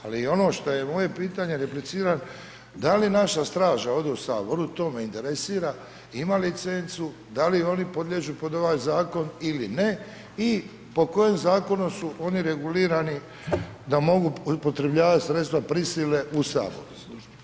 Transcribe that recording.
Ali i ono što je moje pitanje, repliciram, da li naša straža, ovdje u Saboru, to me interesira, ima licencu, da li oni podliježu pod ovoj zakon ili ne i po kojem zakonu su oni regulirani da mogu upotrebljavati sredstva prisile u Saboru?